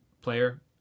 player